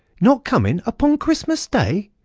not coming upon christmas day!